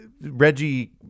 Reggie